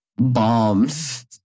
Bombs